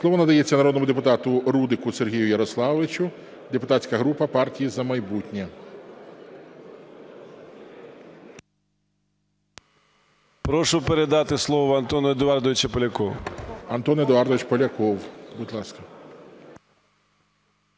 Слово надається народному депутату Рудику Сергію Ярославовичу, депутатська група партії "За майбутнє". 13:41:08 РУДИК С.Я. Прошу передати слово Антону Едуардовичу Полякову. ГОЛОВУЮЧИЙ. Антон Едуардович Поляков, будь ласка.